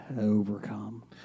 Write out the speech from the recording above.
overcome